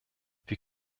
wir